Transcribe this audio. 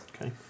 Okay